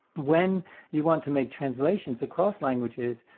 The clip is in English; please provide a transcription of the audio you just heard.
when you want to make translations across languages,